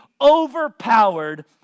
overpowered